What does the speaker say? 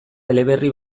eleberri